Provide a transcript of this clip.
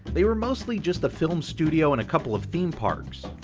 they were mostly just a film studio and a couple of theme parks.